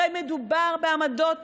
הרי מדובר בעמדות